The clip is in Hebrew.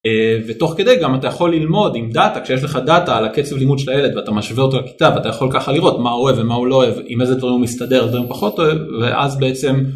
ותוך כדי גם אתה יכול ללמוד עם דאטה, כשיש לך דאטה על הקצב לימוד של הילד ואתה משווה אותו לכיתה ואתה יכול ככה לראות מה הוא אוהב ומה הוא לא אוהב, עם איזה דברים הוא מסתדר, איזה דברים הוא פחות אוהב ואז בעצם